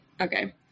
Okay